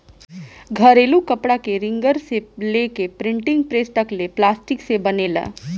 घरेलू कपड़ा के रिंगर से लेके प्रिंटिंग प्रेस तक ले प्लास्टिक से बनेला